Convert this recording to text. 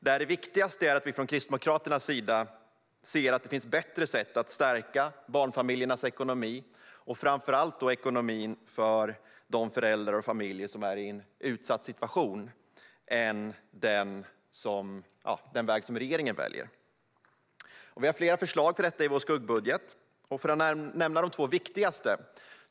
Det viktigaste är att vi från Kristdemokraternas sida ser att det finns bättre sätt än den väg som regeringen väljer för att stärka barnfamiljernas ekonomi, framför allt för att stärka ekonomin för de föräldrar och familjer som är i en utsatt situation. Vi har flera förslag till detta i vår skuggbudget. Jag ska nämna de två viktigaste.